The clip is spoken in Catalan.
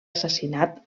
assassinat